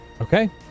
okay